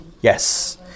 Yes